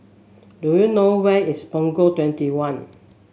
do you know where is Punggol Twenty one